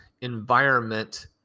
environment